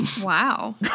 Wow